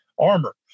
armor